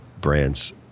brands